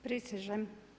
Prisežem.